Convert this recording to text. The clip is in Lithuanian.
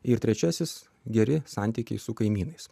ir trečiasis geri santykiai su kaimynais